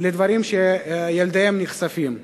לדברים שילדיהם נחשפים אליהם.